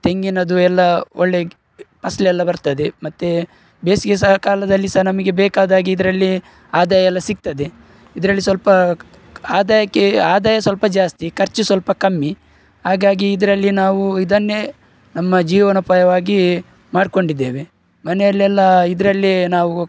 ತೆಂಗಿನದು ಎಲ್ಲ ಒಳ್ಳೆ ಫಸಲೆಲ್ಲ ಬರ್ತದೆ ಮತ್ತೆ ಬೇಸಿಗೆ ಸಹ ಕಾಲದಲ್ಲಿ ಸಹ ನಮಗೆ ಬೇಕದಾಗೆ ಇದರಲ್ಲಿ ಆದಾಯ ಸಿಗ್ತದೆ ಇದರಲ್ಲಿ ಸ್ವಲ್ಪ ಆದಾಯಕ್ಕೆ ಆದಾಯ ಸ್ವಲ್ಪ ಜಾಸ್ತಿ ಖರ್ಚು ಸ್ವಲ್ಪ ಕಮ್ಮಿ ಹಾಗಾಗಿ ಇದರಲ್ಲಿ ನಾವು ಇದನ್ನೇ ನಮ್ಮ ಜೀವನೋಪಾಯವಾಗಿ ಮಾಡ್ಕೊಂಡಿದ್ದೇವೆ ಮನೆಯಲ್ಲೆಲ್ಲ ಇದರಲ್ಲೇ ನಾವು